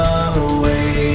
away